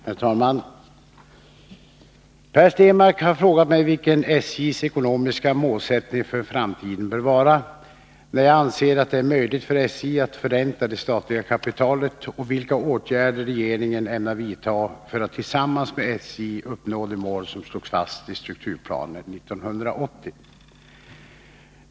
Herr talman! Per Stenmarck har frågat mig vilken SJ:s ekonomiska målsättning för framtiden bör vara, när jag anser att det är möjligt för SJ att förränta det statliga kapitalet och vilka åtgärder regeringen ämnar vidta för att tillsammans med SJ uppnå de mål som slogs fast i strukturplanen 1980.